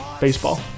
Baseball